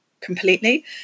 completely